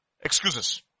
excuses